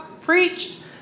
preached